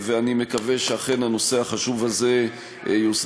ואני מקווה שאכן הנושא החשוב הזה יוסדר